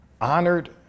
honored